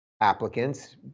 applicants